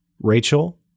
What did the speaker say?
Rachel